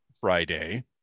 Friday